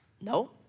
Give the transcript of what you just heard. No